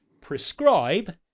prescribe